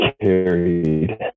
carried